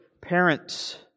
parents